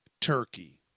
turkey